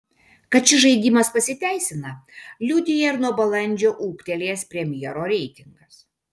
kad šis žaidimas pasiteisina liudija ir nuo balandžio ūgtelėjęs premjero reitingas